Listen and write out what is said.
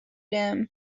them